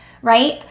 Right